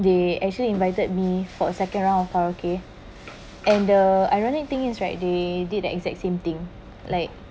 they actually invited me for a second round of karaoke and the ironic thing is right they did the exact same thing like